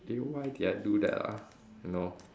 eh why did I do that ah you know